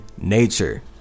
nature